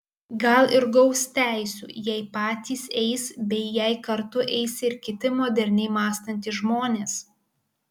gal ir gaus teisių jei patys eis bei jei kartu eis ir kiti moderniai mąstantys žmonės